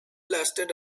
lasted